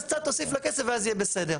אז קצת תוסיף לה כסף ואז יהיה בסדר.